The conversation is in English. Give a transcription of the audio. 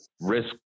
risk